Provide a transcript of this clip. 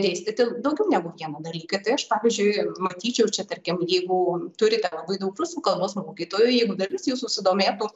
dėstyti daugiau negu vieną dalyką tai aš pavyzdžiui matyčiau čia tarkim jeigu turite labai daug rusų kalbos mokytojų jeigu dalis jų susidomėtų